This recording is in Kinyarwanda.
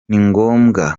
ningombwa